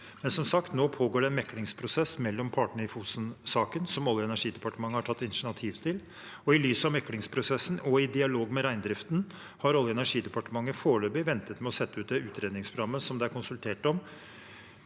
Som sagt: Nå pågår det en meklingsprosess mellom partene i Fosen-saken, som Olje- og energidepartementet har tatt initiativ til, og i lys av meklingsprosessen og i dialog med reindriften har Olje- og energidepartementet foreløpig ventet med å sette ut det utredningsprogrammet, som det er konsultert om,